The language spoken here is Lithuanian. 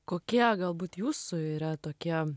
kokie galbūt jūsų yra tokie